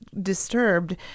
disturbed